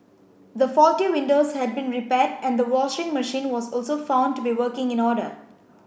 the faulty windows had been repaired and the washing machine was also found to be working in order